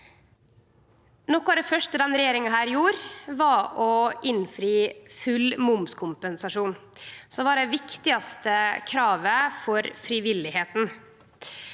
Noko av det første denne regjeringa gjorde, var å innfri full momskompensasjon, som var det viktigaste kravet til frivilligheita.